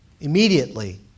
Immediately